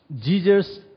Jesus